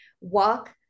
walk